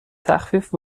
تخفیف